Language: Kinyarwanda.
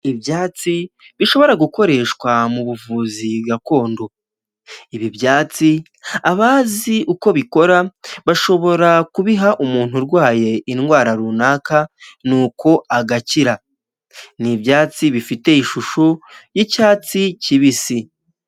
Ibyatsi bishobora gukoreshwa mu buvuzi gakondo, ibi byatsi abazi uko bikora, bashobora kubiha umuntu urwaye indwara runaka nuko agakira, ni ibyatsi bifite ishusho y'icyatsi kibisi.